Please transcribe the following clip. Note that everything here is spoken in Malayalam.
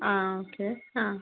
ആ ഓക്കെ ആ